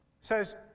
says